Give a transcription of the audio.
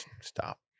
stop